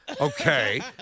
okay